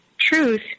truth